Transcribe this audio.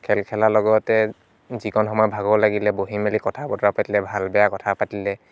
খেল খেলাৰ লগতে যিকণ সময় ভাগৰ লাগিলে বহি মেলি কথা বতৰা পাতিলে ভাল বেয়া কথা পাতিলে